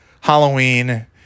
Halloween